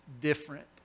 different